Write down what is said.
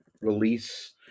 release